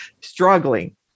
struggling